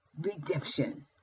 redemption